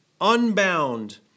unbound